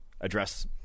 Address